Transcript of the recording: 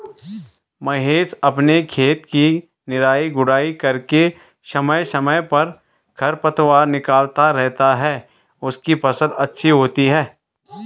महेश अपने खेत की निराई गुड़ाई करके समय समय पर खरपतवार निकलता रहता है उसकी फसल अच्छी होती है